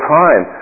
time